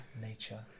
nature